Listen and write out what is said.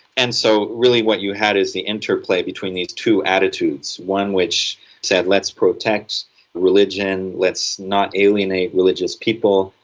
and so really what you had is the interplay between these two attitudes one which said let's protect religion, let's not alienate religious people,